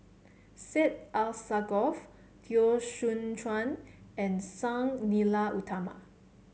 Syed Alsagoff Teo Soon Chuan and Sang Nila Utama